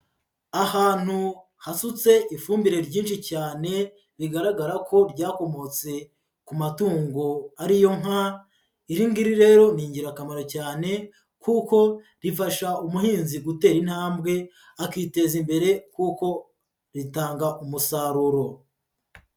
Ahantu hasutse ifumbire ryinshi cyane, bigaragara ko ryakomotse ku matungo ari yo nka, iri ng'iri rero ni ingirakamaro cyane kuko rifasha umuhinzi gutera intambwe, akiteza imbere kuko ritanga umusaruro.